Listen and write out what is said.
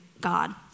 God